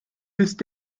bist